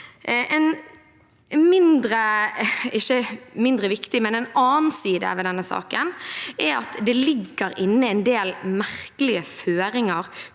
denne saken er at det ligger inne en del merkelige føringer